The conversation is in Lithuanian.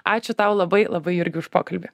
ačiū tau labai labai jurgi už pokalbį